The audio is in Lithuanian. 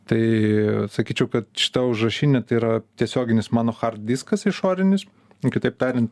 tai sakyčiau kad šita užrašinė tai yra tiesioginis mano chard diskas išorinis kitaip tarian